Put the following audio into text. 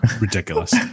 ridiculous